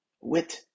wit